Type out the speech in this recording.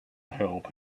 help